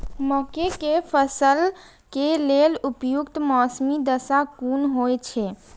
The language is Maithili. मके के फसल के लेल उपयुक्त मौसमी दशा कुन होए छै?